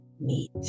meet